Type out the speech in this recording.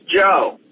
Joe